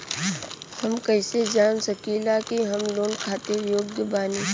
हम कईसे जान सकिला कि हम लोन खातिर योग्य बानी?